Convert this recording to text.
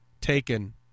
taken